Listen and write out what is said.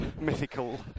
mythical